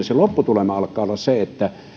se lopputulema alkaa olla se että